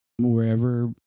wherever